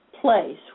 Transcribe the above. place